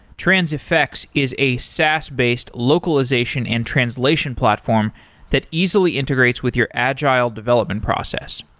transifex is a saas based localization and translation platform that easily integrates with your agile development process.